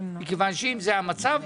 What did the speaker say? כי אם זה המצב,